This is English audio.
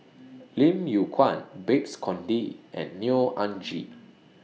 Lim Yew Kuan Babes Conde and Neo Anngee